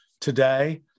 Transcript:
today